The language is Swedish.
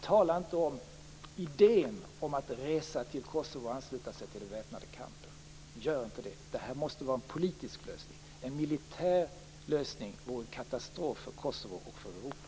Tala inte om idén att resa till Kosovo och ansluta sig till den väpnade kampen! Gör inte det! Det måste bli en politisk lösning. En militär lösning vore en katastrof för Kosovo och för Europa.